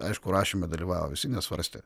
aišku rašyme dalyvavo visi nes svarstė